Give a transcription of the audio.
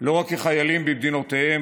לא רק כחיילים במדינותיהם,